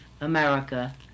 America